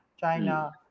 China